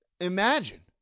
Imagine